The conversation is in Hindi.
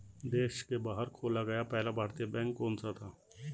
देश के बाहर खोला गया पहला भारतीय बैंक कौन सा था?